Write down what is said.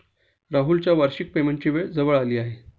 राहुलच्या वार्षिक पेमेंटची वेळ जवळ आली आहे